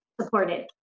supported